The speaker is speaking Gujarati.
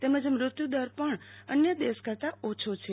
તેમજ મૃત્યુ દર પણ અન્ય દેશો કરવા ઓછો છે